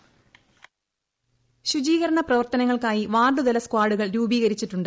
voice ശുചീകരണ പ്രവർത്തനങ്ങൾക്കായി വാർഡുതല സ്കാഡുകൾ രൂപീകരിച്ചിട്ടുണ്ട്